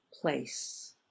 place